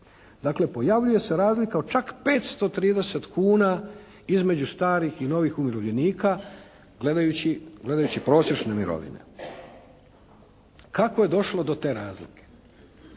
Dakle pojavljuje se razlika od čak 530,00 kuna između starih i novih umirovljenika gledajući prosječne mirovine. Kako je došlo do te razlike?